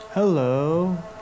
Hello